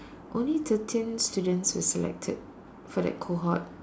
only thirteen students were selected for that cohort